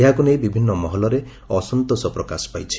ଏହାକୁ ନେଇ ବିଭିନ୍ନ ମହଲରେ ଅସନ୍ତୋଷ ପ୍ରକାଶ ପାଇଛି